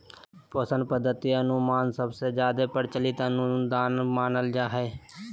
पोषण पद्धति अनुमान सबसे जादे प्रचलित अनुदान मानल जा हय